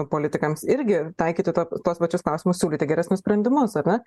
politikams irgi taikyti ta tuos pačius klausimus siūlyti geresnius sprendimus ar ne